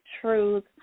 Truth